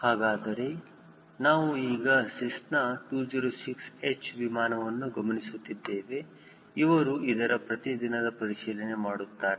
ಹಾಗಾದರೆ ನಾವು ಈಗ ಸೆಸ್ನಾ 206 H ವಿಮಾನವನ್ನು ಗಮನಿಸುತ್ತಿದ್ದೇವೆ ಇವರು ಇದರ ಪ್ರತಿದಿನದ ಪರಿಶೀಲನೆ ಮಾಡುತ್ತಾರೆ